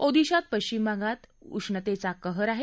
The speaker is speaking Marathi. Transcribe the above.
ओदिशात पश्चिम भागात उष्णतेचा कहर आहे